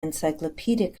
encyclopedic